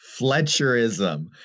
Fletcherism